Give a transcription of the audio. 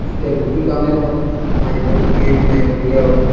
এতিয়া গুটি কাৰণে ধৰক মাৰিব ডি এ পি মাৰিবলগীয়া হয়